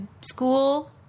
school